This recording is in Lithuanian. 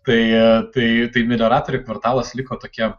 tai tai tai melioratorių kvartalas liko tokia